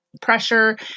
pressure